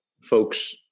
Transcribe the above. folks